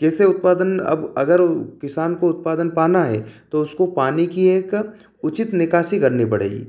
कैसे उत्पादन अब अगर किसान को उत्पादन पाना है तो उसको पानी की एक उचित निकासी करनी पड़ेगी